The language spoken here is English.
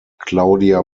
claudia